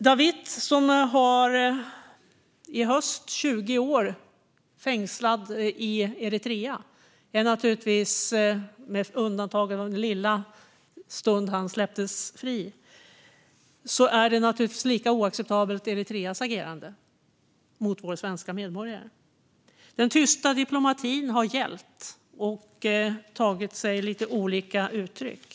Dawit Isaak har i höst suttit fängslad i Eritrea i 20 år, med undantag för den korta stund han släpptes fri. Eritreas agerande mot vår svenska medborgare är lika oacceptabelt. Den tysta diplomatin har gällt och tagit sig lite olika uttryck.